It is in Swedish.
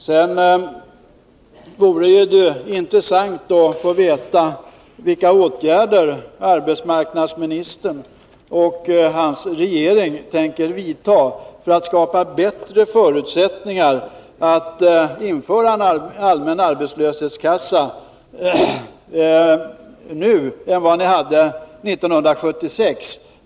Det vore intressant att få veta vilka åtgärder arbetsmarknadsministern och regeringen tänker vidta för att skapa bättre förutsättningar för att införa en allmän arbetslöshetskassa nu än ni hade 1976.